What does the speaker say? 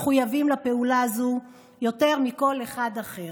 מחויבים לפעולה הזו יותר מכל אחד אחר.